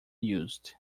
used